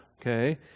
okay